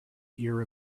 ear